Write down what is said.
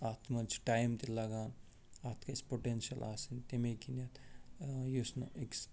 اَتھ منٛز چھُ ٹایِم تہِ لگان اَتھ گَژھِ پۄٹینشل آسٕنۍ تَمے کِنٮ۪تھ یُس نہٕ أکِس